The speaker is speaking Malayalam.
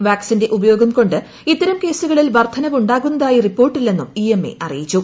വാക്ട്സിന്റെ ഉപയോഗംകൊണ്ട് ഇത്തരം കേസുകളിൽ വർദ്ധനവ് ഉണ്ടാകുന്നതായി റിപ്പോർട്ടില്ലെന്നും ഇ അറിയിച്ചു